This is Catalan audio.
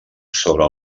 sobre